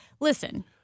listen